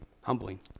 humbling